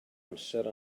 amser